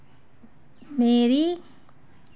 मेरी